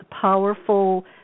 powerful